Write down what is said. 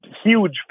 huge